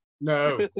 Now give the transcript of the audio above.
No